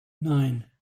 nine